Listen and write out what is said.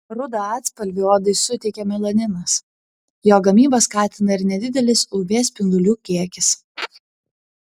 rudą atspalvį odai suteikia melaninas jo gamybą skatina ir nedidelis uv spindulių kiekis